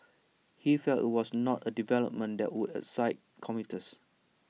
he felt IT was not A development that would excite commuters